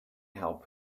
help